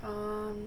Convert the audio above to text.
um